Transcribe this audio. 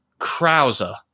Krauser